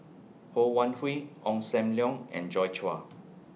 Ho Wan Hui Ong SAM Leong and Joi Chua